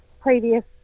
previous